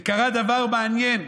וקרה דבר מעניין,